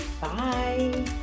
Bye